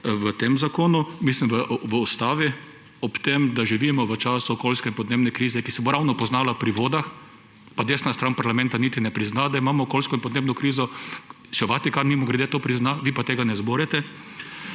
v tem zakonu, mislim v ustavo, ob tem, da živimo v času okoljske in podnebne krize, ki se bo ravno poznala pri vodah, pa desna stran parlamenta niti ne prizna, da imamo okoljsko in podnebno krizo – mimogrede, še Vatikan to prizna, vi pa tega ne zmorete